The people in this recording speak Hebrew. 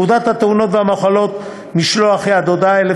58. פקודת התאונות ומחלות משלוח היד (הודעה),